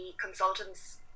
consultants